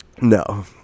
No